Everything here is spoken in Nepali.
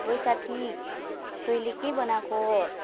ओइ साथी तैँले के बनाएको